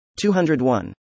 201